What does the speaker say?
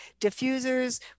diffusers